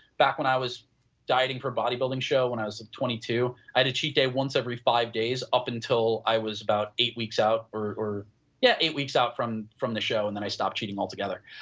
back when i was dieting for body building show when i was twenty two, i did cheat day once every five days up until i was about eight weeks out or or yeah, eight weeks out from from the show and then i stopped cheating all together.